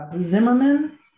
Zimmerman